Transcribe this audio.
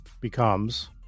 becomes